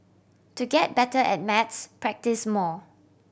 to get better at maths practise more